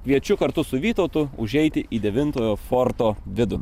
kviečiu kartu su vytautu užeiti į devintojo forto vidų